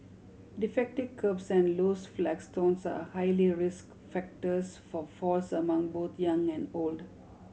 defective kerbs and loose flagstones are highly risk factors for falls among both young and old